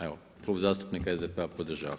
Evo, Klub zastupnika SDP-a podržava.